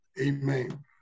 Amen